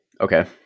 Okay